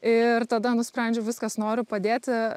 ir tada nusprendžiau viskas noriu padėti